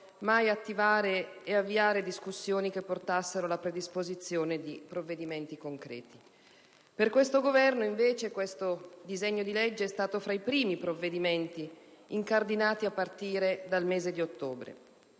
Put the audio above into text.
mai attivare e avviare discussioni che portassero alla predisposizione di provvedimenti concreti. Per questo Governo, invece, questo disegno di legge è stato fra i primi provvedimenti incardinati a partire dal mese di ottobre.